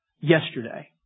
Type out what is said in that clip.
yesterday